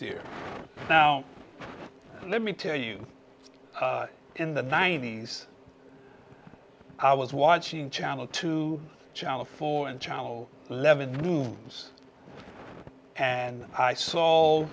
there now let me tell you in the ninety's i was watching channel to channel four and channel levon moves and i saw